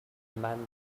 amanda